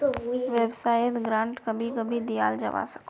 वाय्सायेत ग्रांट कभी कभी दियाल जवा सकोह